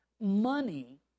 money